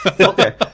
Okay